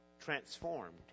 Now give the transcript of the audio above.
transformed